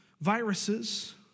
viruses